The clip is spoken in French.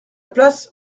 place